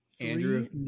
Andrew